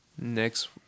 Next